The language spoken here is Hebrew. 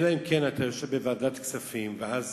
אלא אם כן אתה יושב בוועדת הכספים, ואז